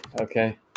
Okay